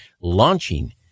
launching